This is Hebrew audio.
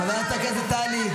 חברת הכנסת טלי,